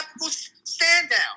stand-down